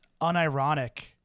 unironic